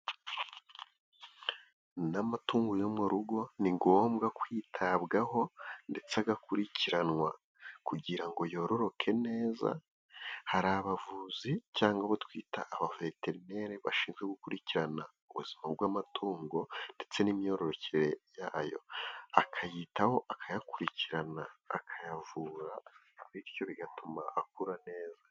Ni amatungo yo mu rugo ni ngombwa kwitabwaho ndetse agakurikiranwa, kugira ngo yororoke neza hari abavuzi cyangwa abo twita abaveterineri bashinzwe gukurikirana ubuzima bw'amatungo, ndetse n'imyororokere yayo akayitaho akayakurikirana akayavura, bityo bigatuma akura neza.